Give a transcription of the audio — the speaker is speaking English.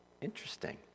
Interesting